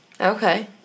Okay